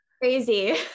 crazy